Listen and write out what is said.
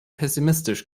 pessimistisch